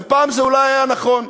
ופעם אולי זה היה נכון,